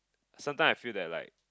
sometime I feel that like